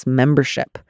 membership